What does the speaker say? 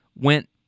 went